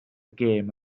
gêm